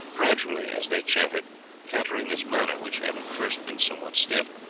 gradually as they chatted katarina's manner, which had at first been somewhat stiff,